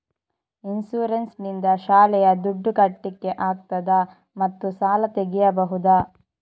Insurance ನಿಂದ ಶಾಲೆಯ ದುಡ್ದು ಕಟ್ಲಿಕ್ಕೆ ಆಗ್ತದಾ ಮತ್ತು ಸಾಲ ತೆಗಿಬಹುದಾ?